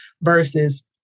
versus